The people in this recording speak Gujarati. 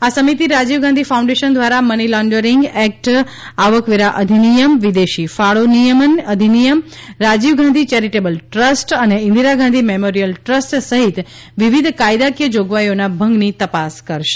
આ સમિતિ રાજીવ ગાંધી ફાઉન્ડેશન દ્વારા મની લોન્ડરિંગ એક્ટ આવકવેરા અધિનિયમ વિદેશી ફાળો નિયમન અધિનિયમ રાજીવ ગાંધી ચેરીટેબલ ટ્રસ્ટ અને ઇન્દિરા ગાંધી મેમોરિયલ ટ્રસ્ટ સહિત વિવિધ કાયદાકીય જોગવાઈઓના ભંગની તપાસ કરશે